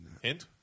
Hint